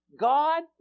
god